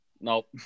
Nope